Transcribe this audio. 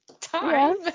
time